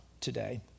today